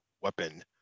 weapon